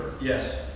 Yes